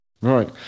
Right